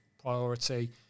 priority